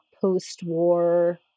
post-war